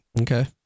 Okay